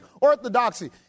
Orthodoxy